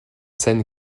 scènes